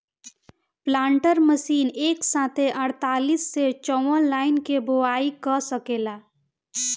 planter machine एक साथे अड़तालीस से चौवन लाइन के बोआई क सकेला